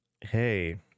hey